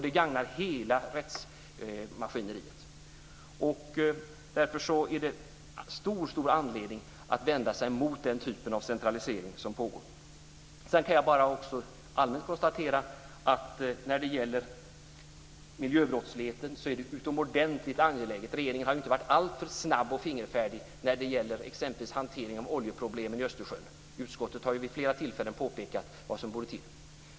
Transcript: Det gagnar hela rättsmaskineriet. Därför finns det stor anledning att vända sig mot den centralisering som pågår. Jag kan konstatera att det är utomordentligt angeläget med åtgärder mot miljöbrottsligheten. Regeringen har inte varit alltför snabb och fingerfärdig när det gäller exempelvis hanteringen av oljeproblemen i Östersjön. Utskottet har vid flera tillfällen påpekat vad som borde till.